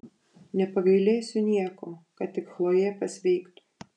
nepagailėsiu nieko kad tik chlojė pasveiktų